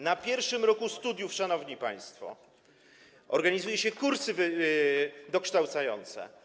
Na pierwszym roku studiów, szanowni państwo, organizuje się kursy dokształcające.